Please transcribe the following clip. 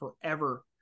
forever